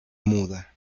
muda